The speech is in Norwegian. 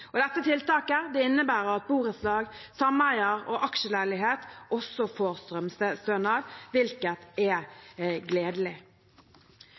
Tiltaket innebærer at borettslag, sameier og aksjeleilighet også får strømstønad, hvilket er gledelig.